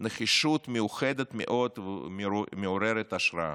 נחישות מיוחדת מאוד ומעוררת השראה,